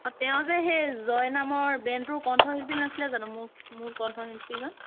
অঁ তেওঁ যে সেই জয় নামৰ ব্ৰেণ্ডটোৰ কণ্ঠশিল্পী নাছিলে জানো মূল মূল কণ্ঠশিল্পীজন